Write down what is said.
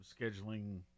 scheduling